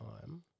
time